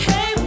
Hey